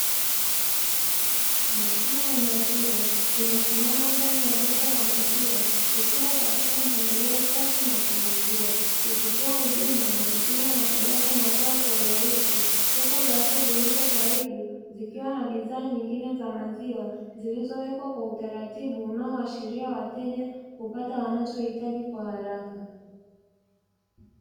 Mashine ya maziwa imesimama ndani ya duka la maziwa ikiwa katika mpangilio safi na wa kuvutia, ikitoa huduma ya kupima na kujaza maziwa kwa urahisi. Huku rafu zilizo karibu zikiwa na bidhaa nyingine za maziwa, zilizowekwa kwa utaratibu zikiwa zinawaashiria wateja kupata wanachokita kwa haraka.